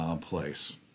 place